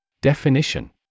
Definition